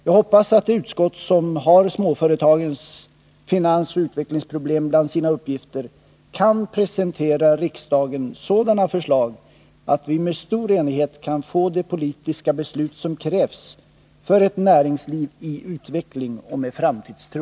Jag hoppas att de utskott som har småföretagens finansoch utvecklingsproblem bland sina uppgifter kan presentera riksdagen sådana förslag att vi med stor enighet kan få de politiska beslut som krävs för ett näringsliv i utveckling och med framtidstro.